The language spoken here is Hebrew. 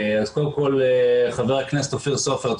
חבר הכנסת אופיר סופר,